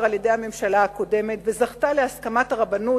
על-ידי הממשלה הקודמת וזכתה להסכמת הרבנות,